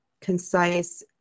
concise